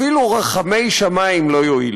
אפילו רחמי שמים לא יועילו.